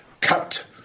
cut